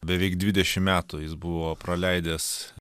beveik dvidešim metų jis buvo praleidęs